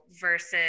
versus